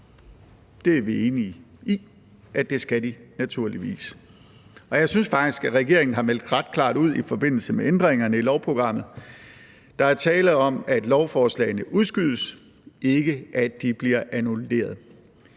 Det er vi enige i at de naturligvis skal. Og jeg synes faktisk, at regeringen har meldt ret klart ud i forbindelse med ændringerne i lovprogrammet. Der er tale om, at lovforslagene udskydes, ikke at de bliver annulleret.